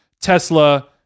Tesla